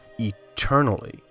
eternally